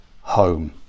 home